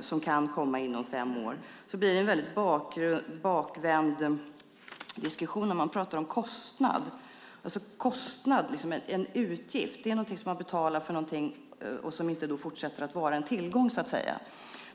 som kan komma inom fem år blir det en väldigt bakvänd diskussion om man talar om kostnader. En kostnad eller en utgift är något som man betalar och som inte fortsätter att vara en tillgång.